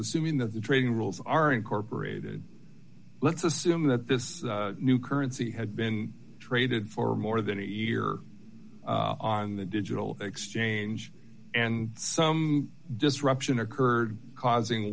assuming that the trading rules are incorporated let's assume that this new currency had been traded for more than a year on the digital exchange and some disruption occurred causing